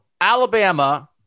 alabama